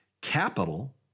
capital